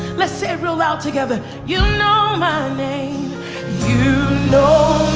let's say it real loud together you know my name you know